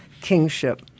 kingship